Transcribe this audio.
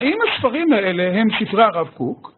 האם הספרים האלה הם ספרי הרב קוק?